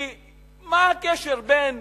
כי מה הקשר בין